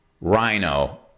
rhino